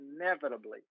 inevitably